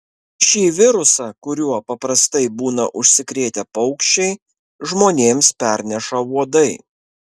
šį virusą kuriuo paprastai būna užsikrėtę paukščiai žmonėms perneša uodai